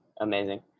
amazing